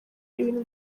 ibintu